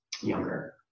younger